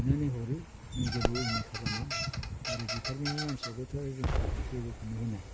होनानै हरो जों जेबो अयनाय खालामा आरो डिपारमेन्टनि मानसियाबोथ' जोंखो जेबोखोनो होना